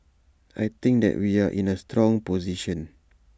I think that we are in A strong position